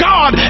God